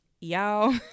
Y'all